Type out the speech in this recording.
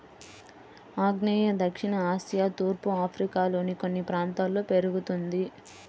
ఆగ్నేయ దక్షిణ ఆసియా తూర్పు ఆఫ్రికాలోని కొన్ని ప్రాంతాల్లో పెరుగుతుంది